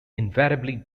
invariably